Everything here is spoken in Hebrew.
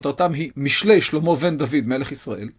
אותו אותם היא משלי שלמה ון דוד, מלך ישראל.